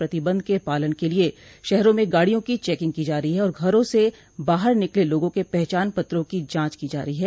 प्रतिबंध के पालन के लिये शहरों में गाड़ियों की चेकिंग की जा रही है और घरों से बाहर निकले लोगों के पहचान पत्रों की जांच की जा रही है